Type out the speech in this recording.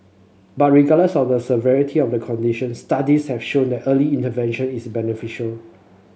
but regardless of the severity of the condition studies have shown that early intervention is beneficial